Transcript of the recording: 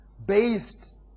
based